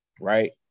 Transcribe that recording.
Right